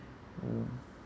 mm